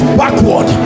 backward